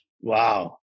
Wow